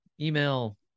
email